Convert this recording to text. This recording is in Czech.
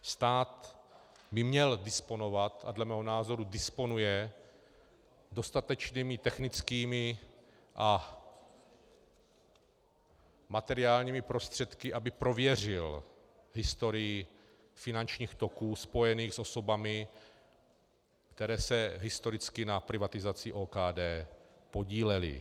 Stát by měl disponovat, a dle mého názoru disponuje, dostatečnými technickými a materiálními prostředky, aby prověřil historii finančních toků spojených s osobami, které se historicky na privatizaci OKD podílely.